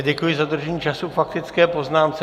Děkuji za dodržení času k faktické poznámce.